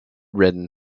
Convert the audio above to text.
ridden